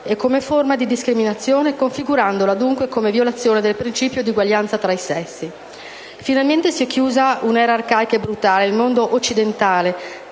e come forma di discriminazione, configurandola dunque come violazione del principio di uguaglianza tra i sessi. Finalmente si è chiusa un'era arcaica e brutale. Il mondo occidentale,